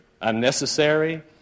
unnecessary